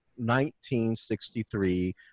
1963